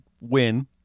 win